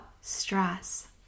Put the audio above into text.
stress